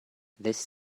this